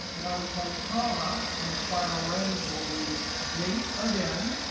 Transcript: now we type comma, and the final range will be date again,